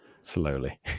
slowly